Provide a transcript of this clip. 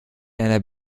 einer